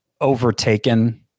overtaken